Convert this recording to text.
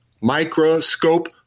microscope